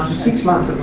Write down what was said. um six months